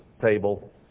table